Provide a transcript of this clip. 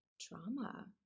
trauma